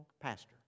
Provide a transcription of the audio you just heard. pastor